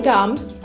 Gums